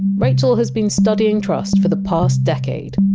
rachel has been studying trust for the past decade.